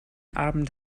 abend